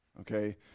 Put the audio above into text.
okay